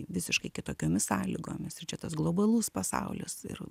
visiškai kitokiomis sąlygomis ir čia tas globalus pasaulis ir